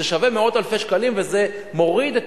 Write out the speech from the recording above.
זה שווה מאות אלפי שקלים וזה מוריד את